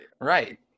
right